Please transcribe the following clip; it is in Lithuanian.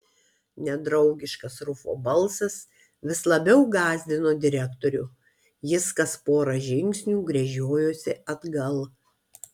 nedraugiškas rufo balsas vis labiau gąsdino direktorių jis kas pora žingsnių gręžiojosi atgal